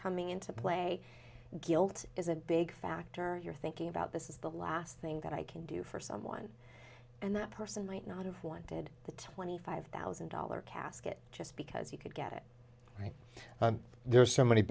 coming into play guilt is a big factor you're thinking about this is the last thing that i can do for someone and that person might not have wanted the twenty five thousand dollar casket just because you could get it right and there are so many